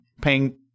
paying